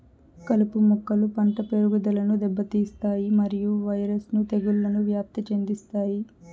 కలుపు మొక్కలు పంట పెరుగుదలను దెబ్బతీస్తాయి మరియు వైరస్ ను తెగుళ్లను వ్యాప్తి చెందిస్తాయి